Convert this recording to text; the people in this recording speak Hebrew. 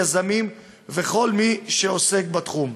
יזמים וכל מי שעוסק בתחום.